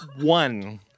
one